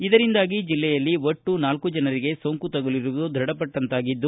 ಇದರಿಂದಾಗಿ ಜಿಲ್ಲೆಯಲ್ಲಿ ಒಟ್ಟು ನಾಲ್ಲು ಜನರಿಗೆ ಸೋಂಕು ತಗುಲಿರುವುದು ದೃಡಪಟ್ಲಂತಾಗಿದೆ